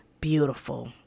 beautiful